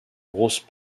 grosse